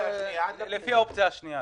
לפי האופציה השנייה.